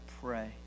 pray